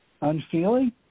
unfeeling